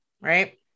Right